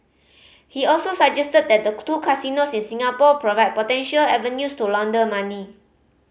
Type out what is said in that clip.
he also suggested that the two casinos in Singapore provide potential avenues to launder money